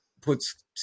puts